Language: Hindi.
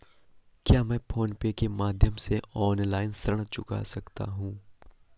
क्या मैं फोन पे के माध्यम से ऑनलाइन ऋण चुका सकता हूँ?